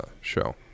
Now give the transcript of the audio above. show